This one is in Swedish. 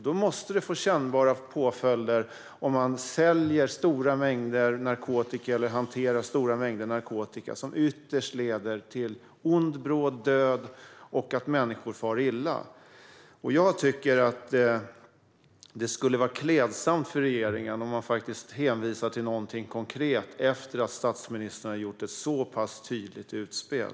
Då måste det få kännbara påföljder om man säljer stora mängder narkotika eller hanterar stora mängder narkotika, som ytterst leder till ond bråd död och att människor far illa. Jag tycker att det skulle vara klädsamt för regeringen om man faktiskt hänvisar till någonting konkret efter det att statsministern har gjort ett så pass tydligt utspel.